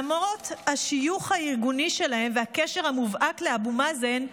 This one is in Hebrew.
למרות השיוך הארגוני שלהם והקשר המובהק לאבו מאזן,